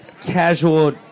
casual